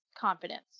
confidence